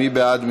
מי בעד?